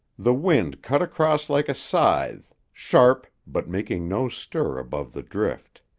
the wind cut across like a scythe, sharp, but making no stir above the drift.